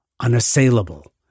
Unassailable